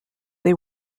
they